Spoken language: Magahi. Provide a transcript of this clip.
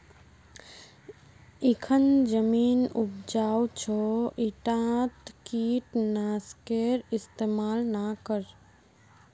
इखन जमीन उपजाऊ छ ईटात कीट नाशकेर इस्तमाल ना कर